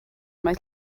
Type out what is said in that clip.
mae